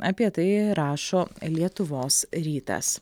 apie tai rašo lietuvos rytas